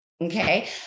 okay